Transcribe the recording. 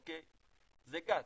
זה גז.